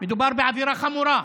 מדובר בעבירה חמורה.